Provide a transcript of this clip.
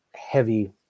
heavy